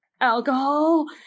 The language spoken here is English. alcohol